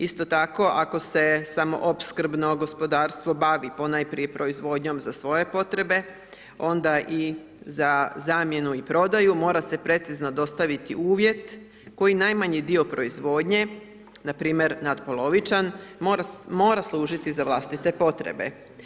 Isto tako ako se samo opskrbno gospodarstvo bavi ponajprije proizvodnjom za svoje potrebe, onda i za zamjenu i prodaju, mora se precizno dostaviti uvjet koji najmanji dio proizvodnje npr. natpolovičan, mora služiti za vlastite potrebe.